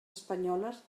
espanyoles